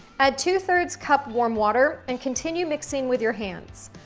add two three cup warm water and continue mixing with your hands.